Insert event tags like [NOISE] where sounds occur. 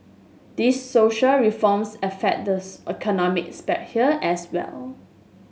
these social reforms affect this economic [UNINTELLIGIBLE] as well